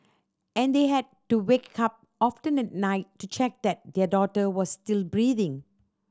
and they had to wake up often at night to check that their daughter was still breathing